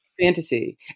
fantasy